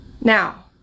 Now